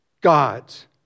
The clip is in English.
gods